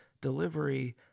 delivery